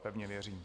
Pevně věřím.